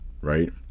right